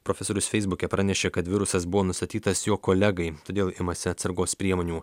profesorius feisbuke pranešė kad virusas buvo nustatytas jo kolegai todėl imasi atsargos priemonių